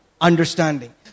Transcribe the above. Understanding